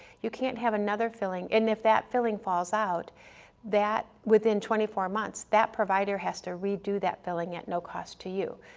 you can't have another filling, and if that filling falls out within twenty four months that provider has to redo that filling at no cost to you.